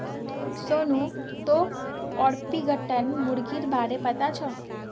सोनू तोक ऑर्पिंगटन मुर्गीर बा र पता छोक